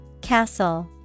Castle